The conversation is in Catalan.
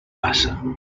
passa